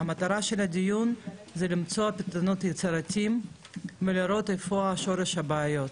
המטרה של הדיון זה למצוא פתרונות יצירתיים ולראות איפה שורש הבעיות.